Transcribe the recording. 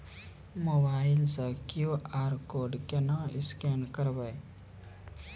Mobile से QR code केना scan करबै?